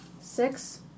Six